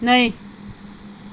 नै